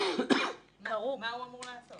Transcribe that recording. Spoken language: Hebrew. מה הוא אמור לעשות?